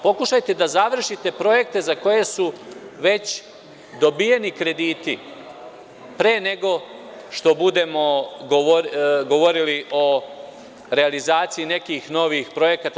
Pokušajte da završite projekte za koje su već dobijeni krediti, pre nego što budemo govorili o realizaciji nekih novih projekata.